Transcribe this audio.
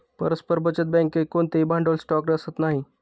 परस्पर बचत बँकेत कोणतेही भांडवल स्टॉक असत नाही